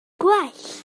gwell